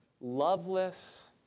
loveless